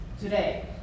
today